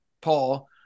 Paul